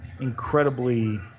incredibly